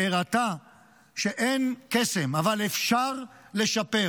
שהראתה שאין קסם אבל אפשר לשפר,